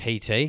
PT